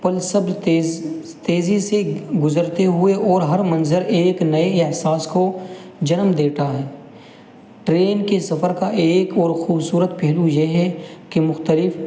ہم سب تیز تیزی سے گزرتے ہوئے اور ہر منظر ایک نئے احساس کو جنم دیتا ہے ٹرین کے سفر کا ایک اور خوبصورت پہلو یہ ہے کہ مختلف